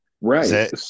right